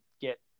get